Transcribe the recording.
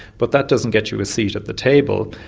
but that doesn't get you a seat at the table.